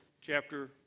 chapter